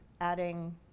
adding